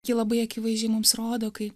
ji labai akivaizdžiai mums rodo kai